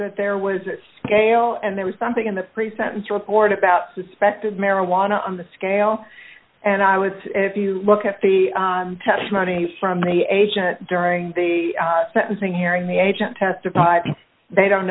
that there was a gale and there was something in the pre sentence report about suspected marijuana on the scale and i was if you look at the testimony from the agent during the sentencing hearing the agent testified they don't